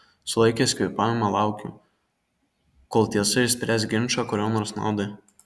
sulaikęs kvėpavimą laukiu kol tiesa išspręs ginčą kurio nors naudai